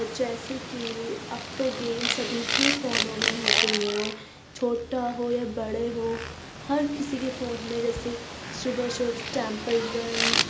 جیسے کہ اب تو گیم سبھی کے فونوں میں ہوتے ہیں چھوٹا ہو یا بڑے ہو ہر کسی کے فون میں جیسے ٹیمپل رن